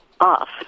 off